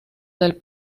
del